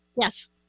Yes